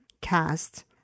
cast